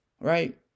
right